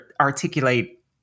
articulate